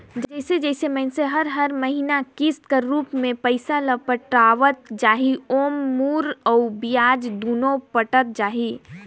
जइसे जइसे मइनसे हर हर महिना किस्त कर रूप में पइसा ल पटावत जाही ओाम मूर अउ बियाज दुनो पटत जाही